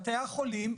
בתי החולים,